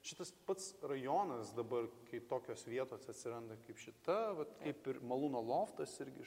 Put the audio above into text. šitas pats rajonas dabar kai tokios vietos atsiranda kaip šita vat kaip ir malūno loftas irgi š